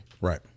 Right